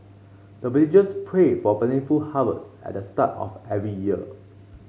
the villagers pray for plentiful harvest at the start of every year